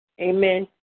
Amen